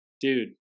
dude